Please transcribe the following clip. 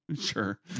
sure